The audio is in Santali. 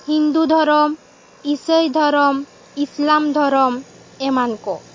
ᱦᱤᱱᱫᱩ ᱫᱷᱚᱨᱚᱢ ᱤᱥᱟᱹᱭ ᱫᱷᱚᱨᱚᱢ ᱤᱥᱞᱟᱢ ᱫᱷᱚᱨᱚᱢ ᱮᱢᱟᱱ ᱠᱚ